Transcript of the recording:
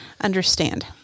Understand